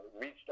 reached